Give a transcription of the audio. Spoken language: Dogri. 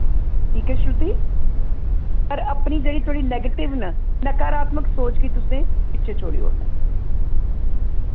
ठीक ऐ श्रुती होर अपनी जेह्ड़ी थोआढ़ी नैगटिव न नकारात्मक सोच गी तुसें पिच्छें छोड़ी ओड़ना ऐ